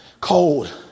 cold